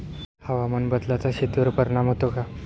हवामान बदलाचा शेतीवर परिणाम होतो का?